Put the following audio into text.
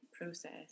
process